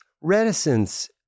reticence